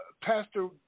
Pastor